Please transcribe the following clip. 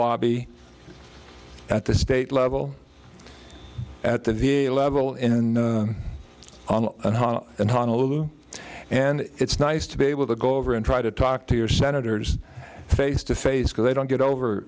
lobby at the state level at the v a level in honolulu and it's nice to be able to go over and try to talk to your senators face to face because they don't get over